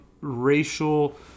racial